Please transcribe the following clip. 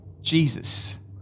Jesus